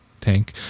tank